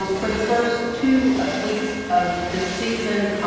um for the first two ah weeks of this season,